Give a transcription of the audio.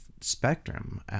spectrum